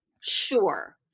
Sure